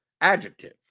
adjective